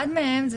אחד מהם הוא